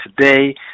today